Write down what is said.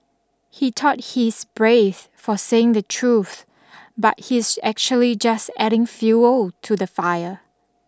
he thought he's brave for saying the truth but he's actually just adding fuel to the fire